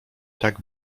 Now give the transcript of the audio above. tak